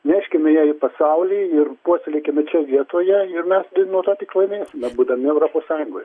neškime ją į pasaulį ir puoselėkime čia vietoje mes nuo to tik laimėsime būdami europos sąjungoj